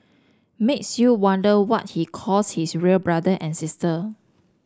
makes you wonder what he calls his real brother and sister